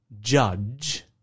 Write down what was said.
judge